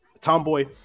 tomboy